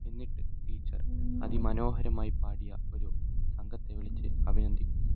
എന്നിട്ട് ടീച്ചർ അതിമനോഹരമായി പാടിയ ഒരു സംഘത്തെ വിളിച്ച് അഭിനന്ദിക്കും